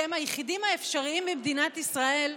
שהם היחידים האפשריים במדינת ישראל,